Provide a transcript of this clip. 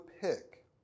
pick